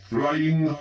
Flying